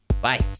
Bye